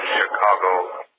Chicago